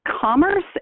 Commerce